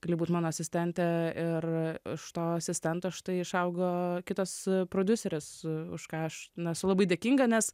gali būt mano asistente ir iš to asistento štai išaugo kitas prodiuseris už ką aš na esu labai dėkinga nes